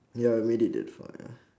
ya you made it that far ya